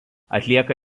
atlieka